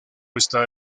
está